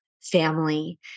Family